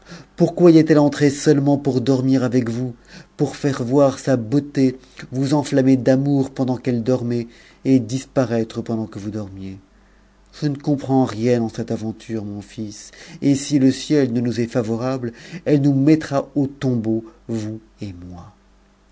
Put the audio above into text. pourquoi y est-elle entrée seulement pour dor n pc vous pour an'e voir sa beauté vous enflammer d'amour pen qu'elle dormait et dispara tre pendant que vous dormiez je ne tom'ends rien dans cette aventure mon fils et si le ciel ne nous est fa j elle nous mettra au tombeau vous et moi